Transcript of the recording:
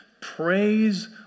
praise